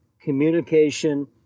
communication